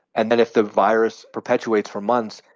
and then if the virus perpetuates for months,